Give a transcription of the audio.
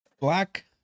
Black